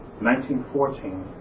1914